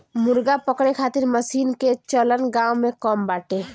मुर्गा पकड़े खातिर मशीन कअ चलन गांव में कम बाटे